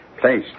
place